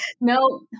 no